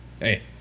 hey